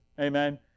Amen